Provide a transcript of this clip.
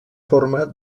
forma